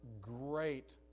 great